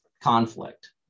conflict